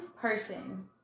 person